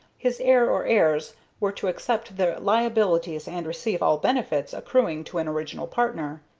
his heir or heirs were to accept the liabilities and receive all benefits accruing to an original partner.